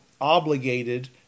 Obligated